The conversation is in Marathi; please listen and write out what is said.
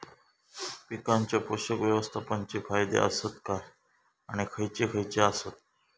पीकांच्या पोषक व्यवस्थापन चे फायदे आसत काय आणि खैयचे खैयचे आसत?